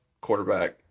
quarterback